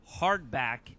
hardback